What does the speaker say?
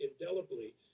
indelibly